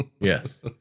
Yes